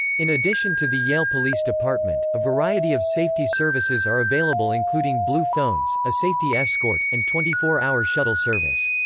in addition to the yale police department, a variety of safety services are available including blue phones, a safety escort, and twenty four hour shuttle service.